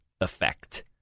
effect